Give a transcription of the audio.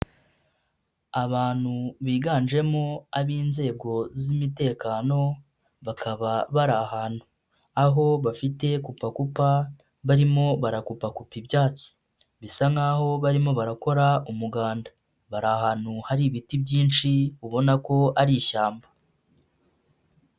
Abantu biganjemo ab'inzego z'imitekano bakaba bari ahantu aho bafite gupapupa barimo barakupakupa ibyatsi bisa nk'aho barimo barakora umuganda, bari ahantu hari ibiti byinshi ubona ko ari ishyamba.